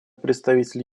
представитель